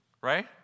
right